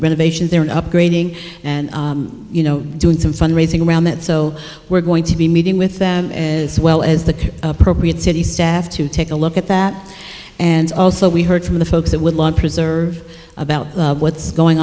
and upgrading and you know doing some fund raising around that so we're going to be meeting with them as well as the appropriate city staff to take a look at that and also we heard from the folks at woodlawn preserve about what's going